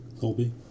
Colby